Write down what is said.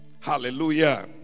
hallelujah